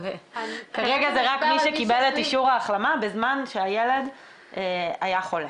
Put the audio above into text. כרגע זה רק מי שקיבל את אישור ההחלמה בזמן שהילד היה חולה.